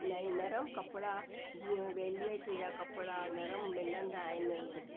नई नरम कपिड़ा जीअं वैलवेट जा कपिड़ा नरम मिलंदा आहिनि